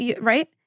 right